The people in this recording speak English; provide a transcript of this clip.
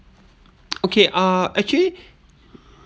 okay uh actually